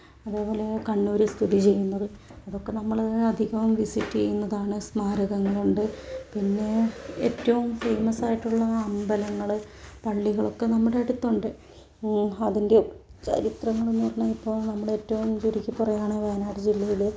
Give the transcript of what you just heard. അതുപോലെ കണ്ണൂർ സ്ഥിതി ചെയ്യുന്നത് അതൊക്കെ നമ്മൾ അധികവും വിസിറ്റ് ചെയ്യുന്നതാണ് സ്മാരകങ്ങളുണ്ട് പിന്നേ ഏറ്റവും ഫേമസ് ആയിട്ടുള്ള അമ്പലങ്ങൾ പള്ളികളൊക്കെ നമ്മുടെ അടുത്തുണ്ട് അതിൻ്റെ ചരിത്രങ്ങളെന്നു പറഞ്ഞാൽ ഇപ്പോൾ നമ്മളേറ്റവും ചുരുക്കിപ്പറയുകയാണെങ്കിൽ വയനാട് ജില്ലയിൽ